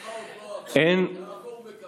זמנך עבר, יעבור בקרוב.